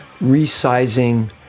resizing